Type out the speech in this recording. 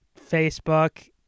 Facebook